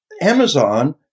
Amazon